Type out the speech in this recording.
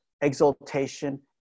exaltation